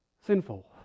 sinful